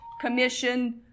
commission